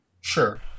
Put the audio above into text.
Sure